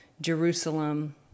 Jerusalem